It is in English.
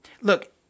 Look